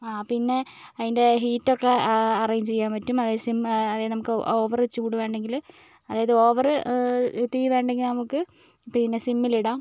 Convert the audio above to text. ആ പിന്നെ അതിൻ്റെ ഹീറ്റ് ഒക്കെ അറേഞ്ച് ചെയ്യാൻ പറ്റും അതായത് സിം അതായത് നമുക്ക് ഓവർ ചൂട് വേണ്ടെങ്കിൽ അതായത് ഓവർ തീ വേണ്ടെങ്കിൽ നമുക്ക് പിന്നെ സിമ്മിൽ ഇടാം